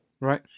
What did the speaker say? Right